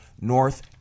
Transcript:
North